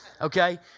Okay